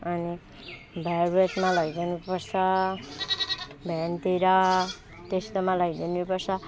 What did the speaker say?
अनि भ्याए भेटमा लैजाउनुपर्छ भ्यानतिर त्यस्तोमा लैजाउनुपर्छ